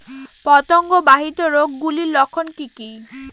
পতঙ্গ বাহিত রোগ গুলির লক্ষণ কি কি?